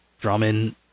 Drummond